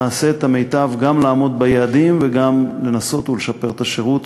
נעשה את המיטב גם לעמוד ביעדים וגם לנסות ולשפר את השירות,